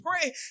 pray